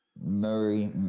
murray